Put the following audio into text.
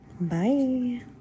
Bye